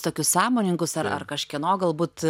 tokius sąmoningus ar ar kažkieno galbūt